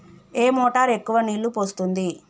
ఏ motor ఎక్కువ నీళ్లు పోస్తుంది?